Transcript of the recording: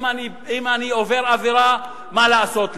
אם אני עובר עבירה, מה לעשות לי,